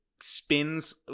spins